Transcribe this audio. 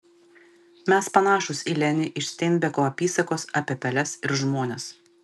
mes panašūs į lenį iš steinbeko apysakos apie peles ir žmones